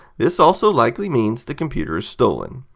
this also likely means the computer is stolen.